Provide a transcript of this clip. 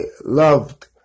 loved